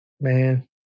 Man